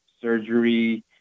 surgery